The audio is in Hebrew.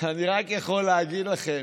אני רק יכול להגיד לכם,